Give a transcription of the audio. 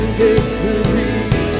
victory